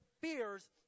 fears